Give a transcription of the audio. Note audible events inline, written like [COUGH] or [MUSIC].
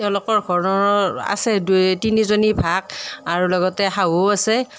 তেওঁলোকৰ ঘৰত আছে দুই তিনিজনী [UNINTELLIGIBLE] আৰু লগতে শাহুও আছে